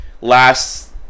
last